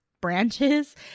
branches